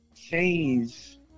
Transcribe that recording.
change